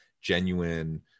genuine